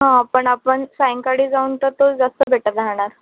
हां पण आपण सायंकाळी जाऊन तर तोच जास्त बेटर राहणार